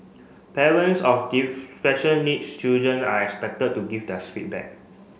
parents of special needs children are expected to give feedback